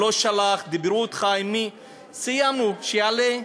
לא שלח, דיברו אתך, עם מי, סיימנו, שיעלה.